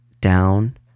down